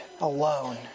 alone